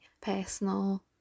personal